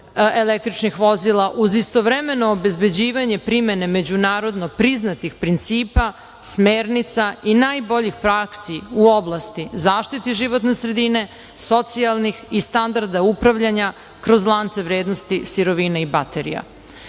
električnih vozila uz istovremeno obezbeđivanje primene međunarodno priznatih principa, smernica i najboljih praksi u oblasti zaštiti životne sredine, socijalnih i standarda upravljanja kroz lance vrednosti sirovina i baterija. Pod